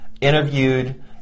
Interviewed